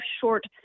short